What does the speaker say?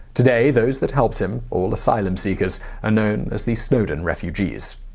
today, those that helped him all asylum seekers are known as the snowden refugees.